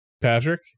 Patrick